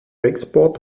export